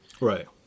Right